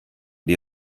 die